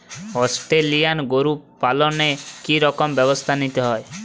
Australian গরু পালনে কি রকম ব্যবস্থা নিতে হয়?